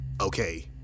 Okay